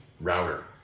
router